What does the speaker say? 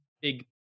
big